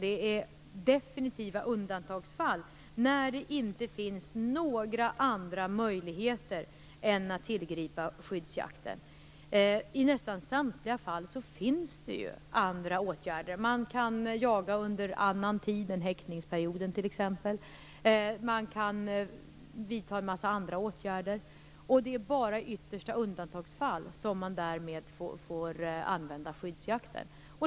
Det är i definitiva undantagsfall, när det inte finns några andra möjligheter, som man får tillgripa skyddsjakten. I nästan samtliga fall finns det ju andra åtgärder. Man kan jaga under annan tid än häckningsperioden t.ex. och man kan vidta en mängd andra åtgärder. Det är bara i yttersta undantagsfall som man får använda skyddsjakten.